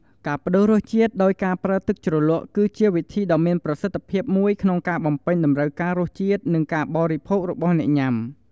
ការប្តូររសជាតិម្ហូបដោយការប្រើទឹកជ្រលក់ គឺជាវិធីដ៏មានប្រសិទ្ធភាពមួយក្នុងការបំពេញតម្រូវការរសជាតិ និងការបរិភោគរបស់អ្នកញ៉ាំ។